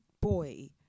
boy